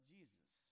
Jesus